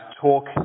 talk